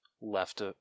left